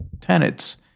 tenets